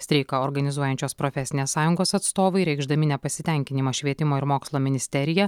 streiką organizuojančios profesinės sąjungos atstovai reikšdami nepasitenkinimą švietimo ir mokslo ministerija